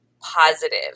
positive